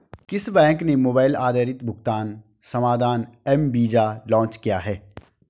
किस बैंक ने मोबाइल आधारित भुगतान समाधान एम वीज़ा लॉन्च किया है?